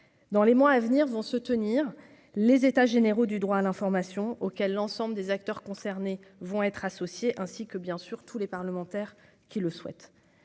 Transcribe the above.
dans les mois à venir vont se tenir les états généraux du droit à l'information auquel l'ensemble des acteurs concernés vont être associés ainsi que bien sûr tous les parlementaires qui le souhaitent